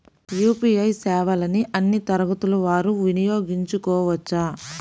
UPI సేవలని అన్నీ తరగతుల వారు వినయోగించుకోవచ్చా?